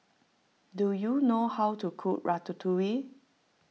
do you know how to cook Ratatouille